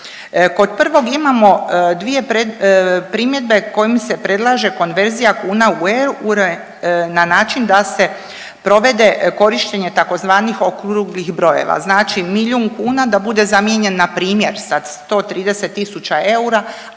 Kod prvog imamo dvije primjedbe kojim se predlaže konverzija kuna u eure na način da se provede korištenje tzv. okruglih brojeva, znači milijun kuna da bude zamijenjen npr. sa 130 tisuća eura,